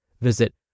Visit